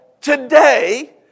today